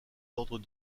l’ordre